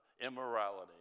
immorality